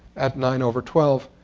at nine over twelve,